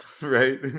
Right